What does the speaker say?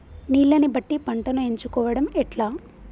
నీళ్లని బట్టి పంటను ఎంచుకోవడం ఎట్లా?